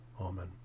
amen